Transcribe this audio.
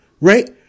right